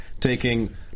taking